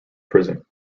prison